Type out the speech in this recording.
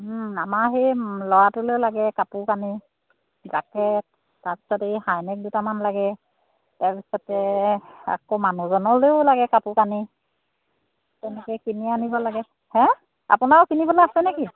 আমাৰ সেই ল'ৰাটোলৈও লাগে কাপোৰ কানি জাকেট তাৰপিছত এই হাইনেক দুটামান লাগে তাৰপিছতে আকৌ মানুহজনলৈও লাগে কাপোৰ কানি তেনেকৈ কিনি আনিব লাগে হে আপোনাৰো কিনিবলৈ আছে নেকি